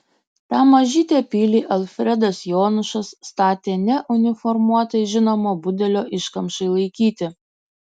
tą mažytę pilį alfredas jonušas statė ne uniformuotai žinomo budelio iškamšai laikyti